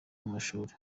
w’amashuri